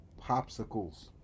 popsicles